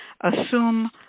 assume